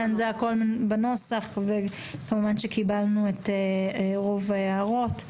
כן זה הכל בנוסח וכמובן שקיבלנו את רוב ההערות.